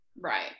right